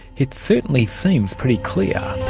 it certainly seems pretty clear.